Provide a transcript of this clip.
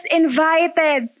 invited